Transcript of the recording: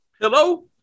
Hello